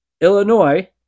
Illinois